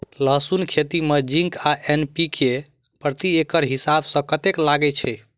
लहसून खेती मे जिंक आ एन.पी.के प्रति एकड़ हिसाब सँ कतेक लागै छै?